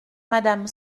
madame